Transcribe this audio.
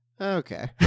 Okay